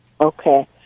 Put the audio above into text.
okay